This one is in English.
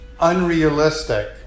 unrealistic